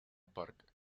park